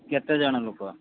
କେତେ ଜଣ ଲୋକ